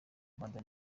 rwanda